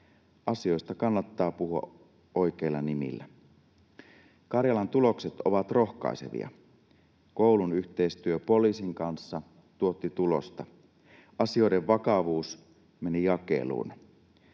Asioista kannattaa puhua oikeilla nimillä. Karjalan tulokset ovat rohkaisevia. Koulun yhteistyö poliisin kanssa tuotti tulosta. Asioiden vakavuus meni jakeluun.